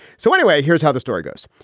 so anyway, here's how the story goes.